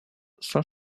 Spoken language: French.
saint